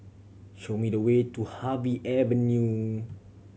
show me the way to Harvey Avenue